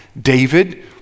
David